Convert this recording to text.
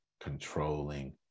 controlling